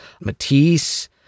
Matisse